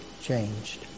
changed